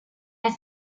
its